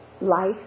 life